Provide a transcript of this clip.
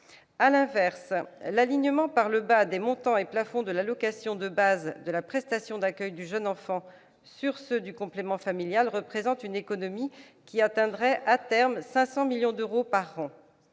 À l'inverse, l'alignement par le bas des montants et plafonds de l'allocation de base de la prestation d'accueil du jeune enfant, la PAJE, sur ceux du complément familial représente une économie qui atteindrait à terme 500 millions d'euros par an.